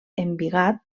embigat